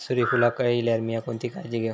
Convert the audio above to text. सूर्यफूलाक कळे इल्यार मीया कोणती काळजी घेव?